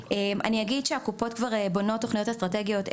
אני אגיד שהקופות כבר בונות תוכניות אסטרטגיות,